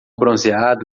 bronzeado